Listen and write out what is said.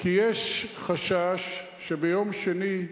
כי יש חשש שביום שני,